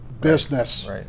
business